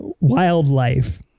wildlife